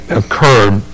occurred